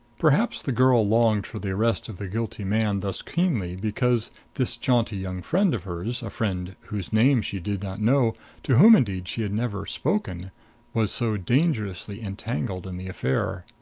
perhaps the girl longed for the arrest of the guilty man thus keenly because this jaunty young friend of hers a friend whose name she did not know to whom, indeed, she had never spoken was so dangerously entangled in the affair.